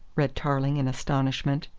read tarling in astonishment.